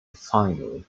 finally